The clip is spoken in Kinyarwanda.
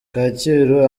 kacyiru